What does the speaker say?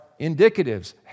indicatives